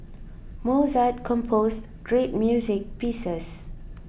Mozart composed great music pieces